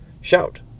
Shout